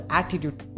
attitude